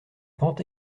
pente